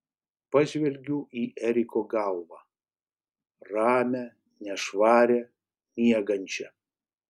pažvelgiu į eriko galvą ramią nešvarią miegančią